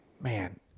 man